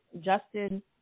Justin